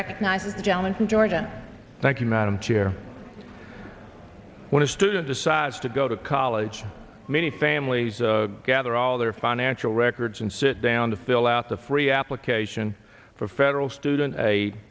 recognizes gentleman from georgia thank you madam chair when a student decides to go to college many families gather all their financial records and sit down to fill out the free application for federal student a